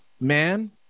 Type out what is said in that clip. man